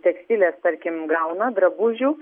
tekstilės tarkim gauna drabužių